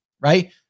Right